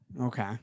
okay